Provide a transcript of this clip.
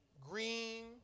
green